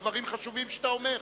ודברים חשובים שאתה אומר.